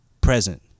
present